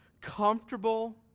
comfortable